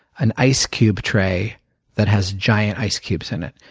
an ice cube try that has giant ice cubes in it.